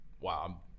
wow